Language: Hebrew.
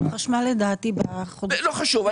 חשמל לדעתי --- לא חשוב.